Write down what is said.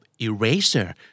eraser